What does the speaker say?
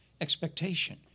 expectation